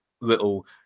little